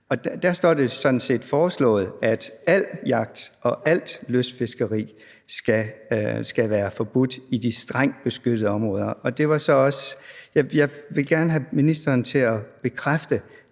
Der står det sådan set foreslået, at al jagt og al lystfiskeri skal være forbudt i de strengt beskyttede områder. Jeg vil gerne have ministeren til at bekræfte,